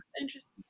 interesting